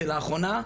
זה לאחרונה,